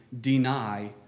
deny